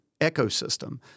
ecosystem